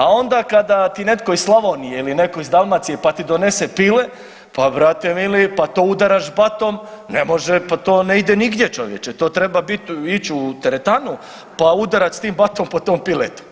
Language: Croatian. A onda kada ti netko iz Slavonije ili neko iz Dalmacije pa ti donese pile, pa brate mili pa to udaraš batom ne može pa to ne ide nigdje čovječe, to treba ić u teretanu pa udarat s tim batom po tom piletu.